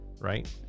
right